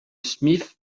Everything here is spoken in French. smith